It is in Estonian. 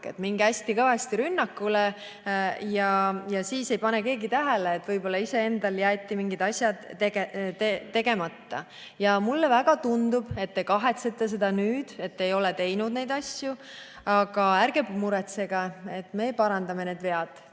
minge hästi kõvasti rünnakule ja siis ei pane keegi tähele, et võib-olla iseendal jäid mingid asjad tegemata. Ja mulle väga tundub, et te kahetsete nüüd, et te ei ole teinud neid asju. Aga ärge muretsege, me parandame need vead.